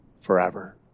forever